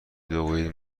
بگویید